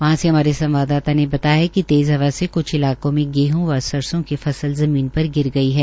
वहां से हमारे संवाददाता ने बताया है कि तेज़ हवा से कुछ इलाकों में गेहं व सरसों की फसल जमीन पर गिर गई है